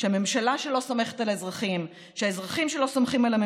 ממשלה שלא סומכת על האזרחים,